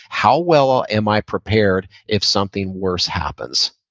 how well am i prepared if something worse happens?